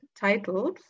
titles